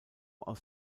aus